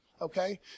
Okay